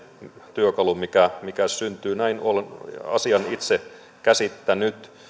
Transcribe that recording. työkalu mikä mikä syntyy näin olen asian itse käsittänyt